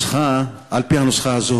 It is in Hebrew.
על-פי הנוסחה הזו,